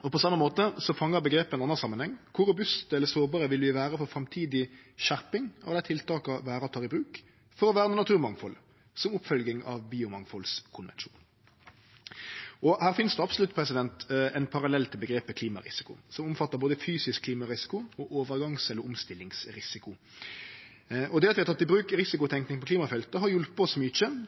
På same måten fangar omgrepet ein annan samanheng: Kor robuste eller sårbare vil vi vere for framtidig skjerping av dei tiltaka vi må ta i bruk for å verne naturmangfaldet, som ei oppfølging av biomangfaldskonvensjonen? Her finst det absolutt ein parallell til omgrepet «klimarisiko», som omfattar både fysisk klimarisiko og overgangs- eller omstillingsrisiko. Det at vi har teke i bruk risikotenking på klimafeltet, har hjelpt oss mykje